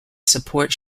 support